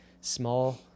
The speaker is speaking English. small